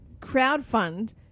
crowdfund